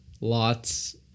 lots